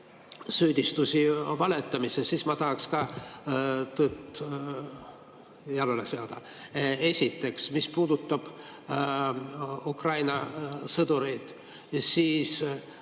süüdistusi valetamises, siis ma tahaks tõde jalule seada. Esiteks, mis puudutab Ukraina sõdureid, siis